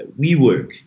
WeWork